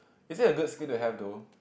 is it a good skill to have though